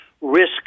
risk